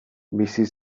bizi